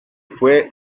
fue